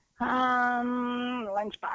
lunchbox